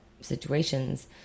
situations